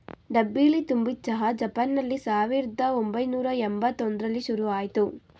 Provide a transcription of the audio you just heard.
ಡಬ್ಬಿಲಿ ತುಂಬಿದ್ ಚಹಾ ಜಪಾನ್ನಲ್ಲಿ ಸಾವಿರ್ದ ಒಂಬೈನೂರ ಯಂಬತ್ ಒಂದ್ರಲ್ಲಿ ಶುರುಆಯ್ತು